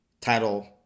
Title